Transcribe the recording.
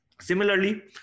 Similarly